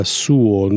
suo